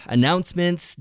Announcements